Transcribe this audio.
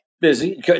Busy